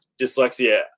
dyslexia